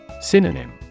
Synonym